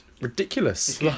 Ridiculous